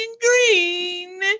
green